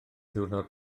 ddiwrnod